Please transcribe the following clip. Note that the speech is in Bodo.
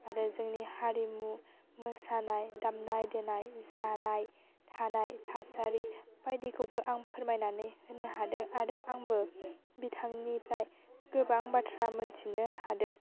आरो जोंनि हारिमु मोसानाय दामनाय देनाय जानाय थानाय थासारि बायदिखौबो आं फोरमायनानै होनो हादों आरो आंबो बिथांनिफ्राय गोबां बाथ्रा मोन्थिनो हादों